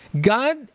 God